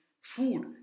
food